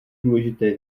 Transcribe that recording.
důležité